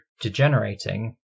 degenerating